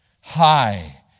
high